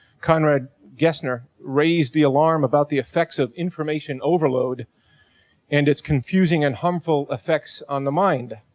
konrad gessner, raised the alarm about the effects of information overload and its confusing and harmful effects on the mind.